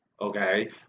okay